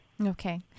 Okay